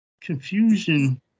confusion